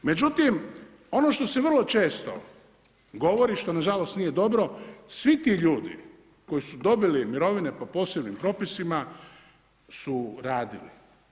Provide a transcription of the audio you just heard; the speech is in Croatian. Međutim, ono što se vrlo često govori, što nažalost nije dobro, svi ti ljudi koji su dobili mirovine po posebnim propisima su radili.